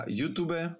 YouTube